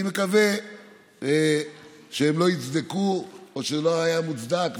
אני מקווה שהם לא יצדקו או שזה לא היה מוצדק,